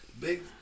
big